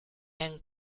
and